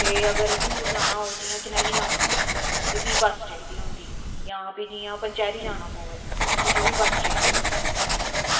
ते अगर दूर जाना हो जियां चनैह्नी जाना पवै ते फ्ही बस चाहिदी होंदी जां फ्ही जियां पंचैरी जाना पवै उत्थें बी बस चाहिदी होंदी